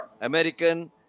American